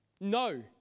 No